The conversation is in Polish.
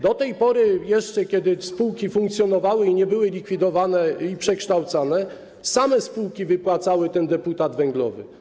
Do tej pory, jeszcze kiedy spółki funkcjonowały i nie były likwidowane i przekształcane, same spółki wypłacały ten deputat węglowy.